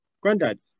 Granddad